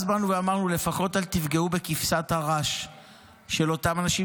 אז באנו ואמרנו: לפחות אל תפגעו בכבשת הרש של אותם אנשים